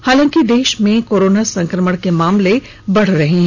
हालांकि देश में कोरोना संक्रमण के मामले बढ़ रहे हैं